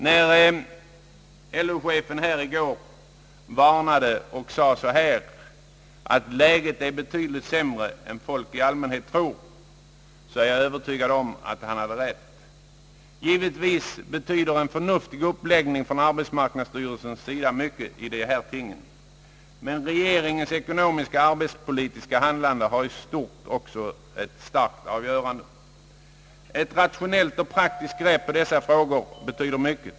När LO-chefen i går varnade och sade att läget är betydligt sämre än folk i allmänhet tror är jag övertygad om att han har rätt. Givetvis betyder en förnuftig uppläggning från arbetsmarknadsstyrelsen mycket, men regeringens ekonomiska <:arbetsmarknadspolitiska handlande har här ett stort avgörande. Ett rationellt och praktiskt grepp på dessa frågor betyder mycket.